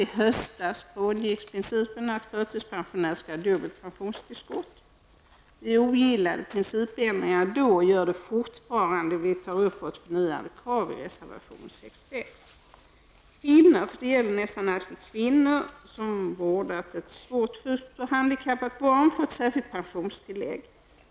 I höstas frångicks principen att förtidspensionärer skall ha dubbelt pensionstillskott. Vi ogillade principändringen då och gör det fortfarande. Vi tar upp vårt förnyade krav i reservation 66. Kvinnor -- för det gäller nästan alltid kvinnor -- som vårdat ett svårt sjukt och handikappat barn får ett särskilt pensionstillägg.